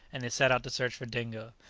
and they set out to search for dingo.